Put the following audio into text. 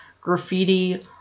graffiti